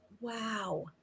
Wow